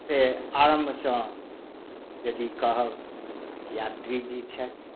आरम्भसँ जे कि कहब यात्रीजी छथि